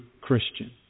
Christian